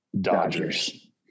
Dodgers